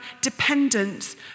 dependent